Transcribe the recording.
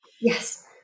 Yes